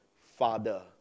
Father